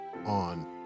on